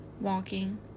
walking